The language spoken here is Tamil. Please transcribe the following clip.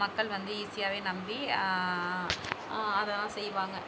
மக்கள் வந்து ஈஸியாகவே நம்பி அதெல்லாம் செய்வாங்க